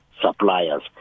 suppliers